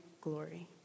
glory